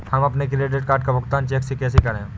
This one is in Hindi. हम अपने क्रेडिट कार्ड का भुगतान चेक से कैसे करें?